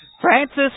Francis